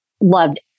loved